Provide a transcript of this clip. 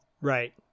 right